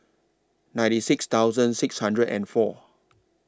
ninety six thousand six hundred and four